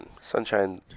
Sunshine